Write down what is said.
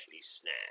snare